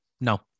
No